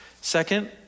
Second